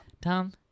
Tom